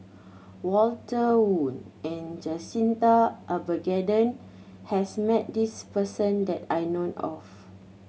Walter Woon and Jacintha Abisheganaden has met this person that I know of